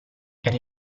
era